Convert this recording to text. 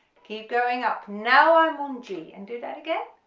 keep going up now i'm on g, and do that again